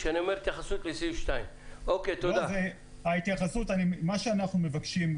כשאני אומר התייחסות לסעיף 2. מה שאנחנו מבקשים,